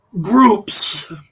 groups